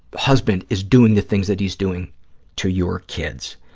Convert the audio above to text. husband is doing the things that he's doing to your kids.